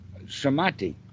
samati